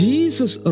Jesus